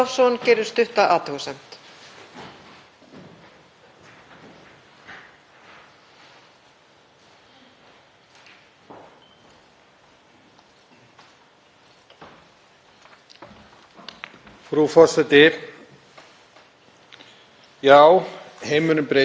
Frú forseti. Já, heimurinn breytist. Afar og langafar okkar sem hér sitjum tóku margir þátt í því sem þá kallaðist framþróun,